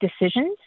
decisions